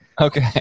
Okay